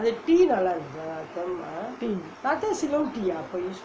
tea